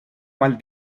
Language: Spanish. mal